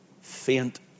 faint